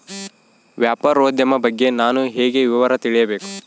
ವ್ಯಾಪಾರೋದ್ಯಮ ಬಗ್ಗೆ ನಾನು ಹೇಗೆ ವಿವರ ತಿಳಿಯಬೇಕು?